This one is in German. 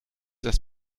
das